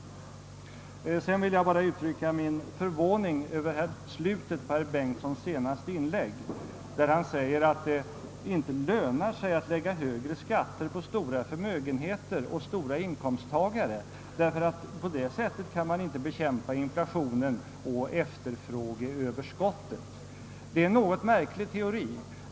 Till sist vill jag bara uttrycka min förvåning över slutet på herr Bengtssons senaste inlägg, där han säger att det inte lönar sig att lägga högre skatt på stora förmögenheter och stora inkomster därför att man på det sättet inte kan bekämpa inflationen och minska efterfrågeöverskottet. Det är en något märklig teori.